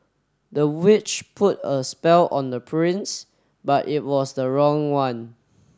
the witch put a spell on the prince but it was the wrong one